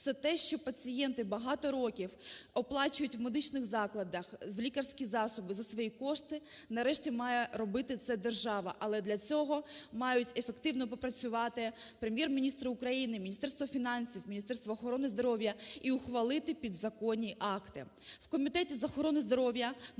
Все те, що пацієнти багато років оплачують у медичних закладах, лікарські засоби за свої кошти, нарешті має робити це держава. Але для цього мають ефективно би працювати Прем'єр-міністр України, Міністерство фінансів, Міністерство охорони здоров'я і ухвалити підзаконні акти.